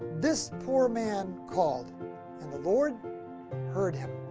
this poor man called and the lord heard him.